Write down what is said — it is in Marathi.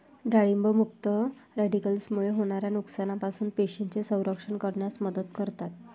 डाळिंब मुक्त रॅडिकल्समुळे होणाऱ्या नुकसानापासून पेशींचे संरक्षण करण्यास मदत करतात